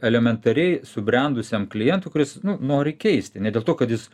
elementariai subrendusiam klientui kuris nu nori keisti ne dėl to kad jis